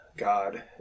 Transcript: God